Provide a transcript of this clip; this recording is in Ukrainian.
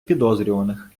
підозрюваних